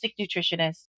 nutritionist